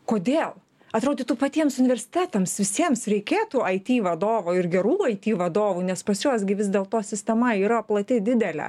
kodėl atrodytų patiems universitetams visiems reikėtų aiti vadovo ir gerų aiti vadovų nes pas juos gi vis dėl to sistema yra plati didelė